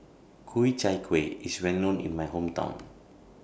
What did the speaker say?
Ku Chai Kuih IS Well known in My Hometown